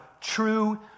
true